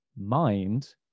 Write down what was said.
Mind